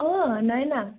অঁ নয়না